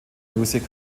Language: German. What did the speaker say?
music